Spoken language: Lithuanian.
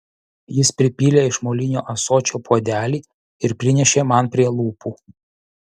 jis pripylė iš molinio ąsočio puodelį ir prinešė man prie lūpų